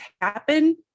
happen